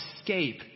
escape